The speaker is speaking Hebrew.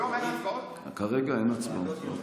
כרגע אין הצבעות.